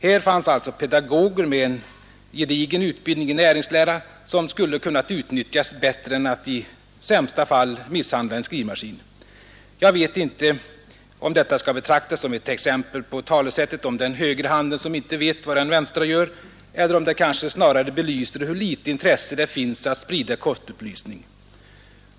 Här fanns alltså pedagoger med en gedigen utbildning i näringslära som skulle ha kunnat utnyttjas bättre än att i sämsta fall misshandla en skrivmaskin. Jag vet inte om detta skall betraktas som ett exempel på talesättet om den högra handen som inte vet vad den vänstra gör, eller om det kanske snarare belyser hur litet intresse det finns att sprida kostupplysning.